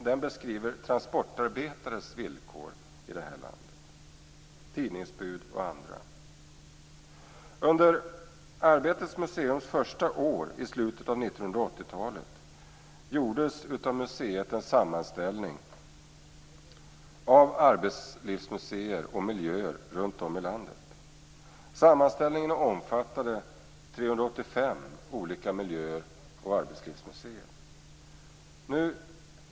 Den beskriver transportarbetares villkor i vårt land, tidningsbud och andra. Under Arbetets museums första år i slutet av 80 talet gjordes av museet en sammanställning av arbetslivsmuseer och miljöer runt om i landet. Sammanställningen omfattade 385 olika miljöer och arbetslivsmuseer.